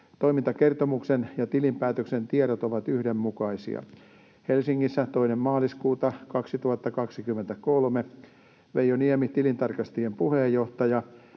Toimintakertomuksen ja tilinpäätöksen tiedot ovat yhdenmukaisia. Helsingissä 2. maaliskuuta 2023 Veijo Niemi, tilintarkastajien puheenjohtaja